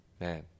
Man